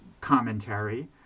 commentary